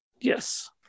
Yes